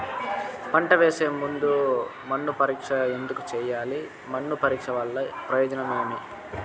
పంట వేసే ముందు మన్ను పరీక్ష ఎందుకు చేయాలి? మన్ను పరీక్ష వల్ల ప్రయోజనం ఏమి?